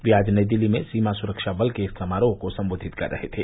वे आज नई दिल्ली में सीमा सुरक्षा बल के एक समारोह को संबोधित कर रहे थे